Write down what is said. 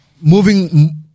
moving